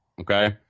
okay